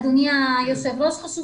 אדוני היושב ראש,